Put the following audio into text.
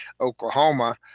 Oklahoma